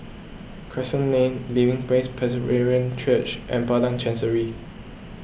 Crescent Lane Living Praise Presbyterian Church and Padang Chancery